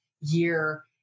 year